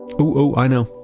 oh, oh, i know!